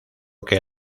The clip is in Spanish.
que